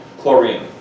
chlorine